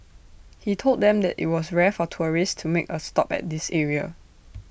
he told them that IT was rare for tourists to make A stop at this area